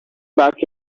back